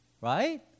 right